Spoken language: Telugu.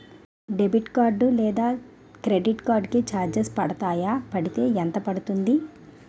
డెబిట్ కార్డ్ లేదా క్రెడిట్ కార్డ్ కి చార్జెస్ పడతాయా? పడితే ఎంత పడుతుంది?